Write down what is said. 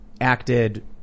acted